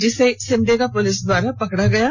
जिसे सिमडेगा पुलिस द्वारा पकड़ा गया था